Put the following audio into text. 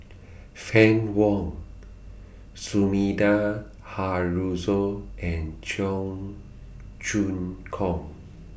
Fann Wong Sumida Haruzo and Cheong Choong Kong